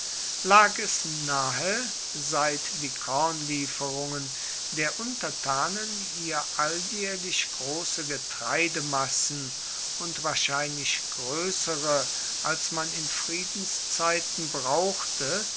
lag es nahe seit die kornlieferungen der untertanen ihr alljaehrlich grosse getreidemassen und wahrscheinlich groessere als man in friedenszeiten brauchte